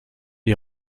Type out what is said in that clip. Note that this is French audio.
est